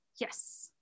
Yes